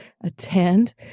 attend